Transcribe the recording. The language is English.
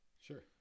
Sure